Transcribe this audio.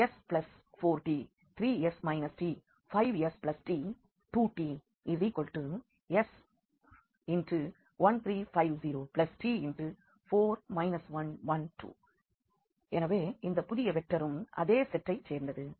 s4t 3s t 5st 2t s1 3 5 0 t 4 1 1 2 எனவே இந்த புதிய வெக்டரும் அதே செட்டை சேர்ந்தது